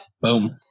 Boom